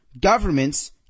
governments